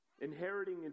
Inheriting